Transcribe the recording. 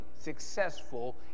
successful